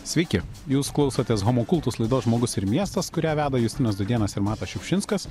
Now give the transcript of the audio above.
sveiki jūs klausotės homo kultus laidos žmogus ir miestas kurią veda justinas dudėnas ir matas šiupšinskas